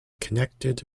connected